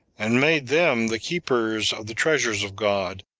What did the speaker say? and made them the keepers of the treasures of god,